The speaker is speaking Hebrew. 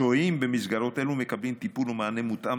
השוהים במסגרות אלה מקבלים טיפול ומענה מותאם